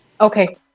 Okay